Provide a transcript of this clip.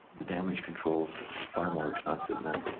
the damage control's far more expensive than